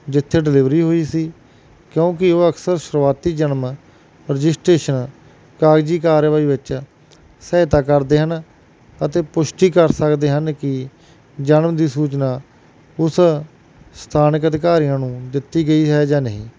ਜਿੱਥੇ ਡਿਲੀਵਰੀ ਹੋਈ ਸੀ ਕਿਉਂਕਿ ਉਹ ਅਕਸਰ ਸ਼ੁਰੂਆਤੀ ਜਨਮ ਰਜਿਸਟਰੇਸ਼ਨ ਕਾਗਜ਼ੀ ਕਾਰਵਾਈ ਵਿੱਚ ਸਹਾਇਤਾ ਕਰਦੇ ਹਨ ਅਤੇ ਪੁਸ਼ਟੀ ਕਰ ਸਕਦੇ ਹਨ ਕਿ ਜਨਮ ਦੀ ਸੂਚਨਾ ਉਸ ਸਥਾਨਕ ਅਧਿਕਾਰੀਆਂ ਨੂੰ ਦਿੱਤੀ ਗਈ ਹੈ ਜਾਂ ਨਹੀਂ